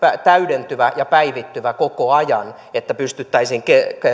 täydentyvä ja päivittyvä koko ajan jolloin pystyttäisiin